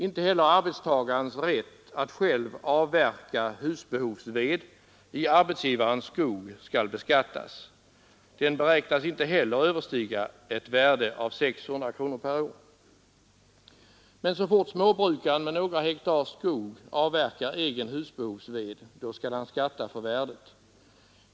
Inte heller arbetstagarens rätt att själv avverka husbehovsved i arbetsgivarens skog skall beskattas. Den beräknas inte heller överstiga ett värde av 600 kronor per år. Men så snart småbrukaren med några hektar skog avverkar egen husbehovsved skall han skatta för värdet härav.